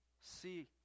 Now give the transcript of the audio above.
see